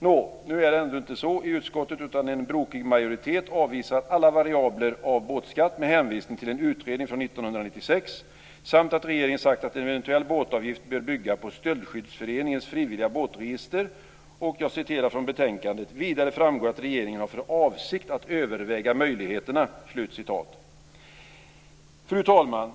Nå, nu är det ändå inte så i utskottet, utan en brokig majoritet avvisar alla variabler av båtskatt med hänvisning till en utredning från 1996 samt att regeringen sagt att en eventuell båtavgift bör bygga på Stöldskyddsföreningens frivilliga båtregister. Jag citerar från betänkandet: "Vidare framgår att regeringen har för avsikt att överväga möjligheterna -". Fru talman!